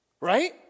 Right